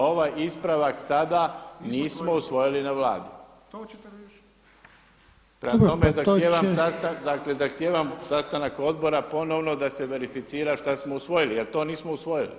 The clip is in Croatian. Ovaj ispravak sada nismo usvojili na Vladi, prema tome zahtijevam sastanak odbora ponovo da se verificira šta smo usvojili jer to nismo usvojili.